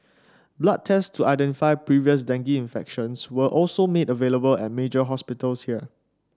blood tests to identify previous dengue infection were also made available at major hospitals here